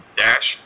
dash